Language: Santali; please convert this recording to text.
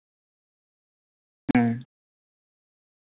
ᱦᱮᱸ